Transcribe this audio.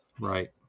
Right